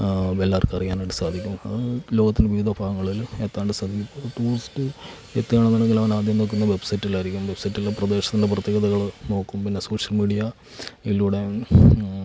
എല്ലാവർക്കും അറിയാനായിട്ട് സാധിക്കും അത് ലോകത്തിൻ്റെ വിവിധ ഭാഗങ്ങളിൽ എത്താണ്ട് ശ്രമിക്കുക ടൂറിസ്റ്റ് എത്തുകയാണെന്ന് ഉണ്ടെങ്കിൽ അവനാദ്യം നോക്കുന്നത് വെബ്സൈറ്റിലായിരിക്കും വെബ്സൈറ്റിൽ ആ പ്രദേശത്തിൻ്റെ പ്രത്യേകതകൾ നോക്കും പിന്നെ സോഷ്യൽ മീഡിയ യിലൂടെ